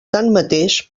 tanmateix